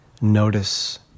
notice